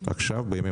ודאי.